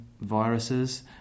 viruses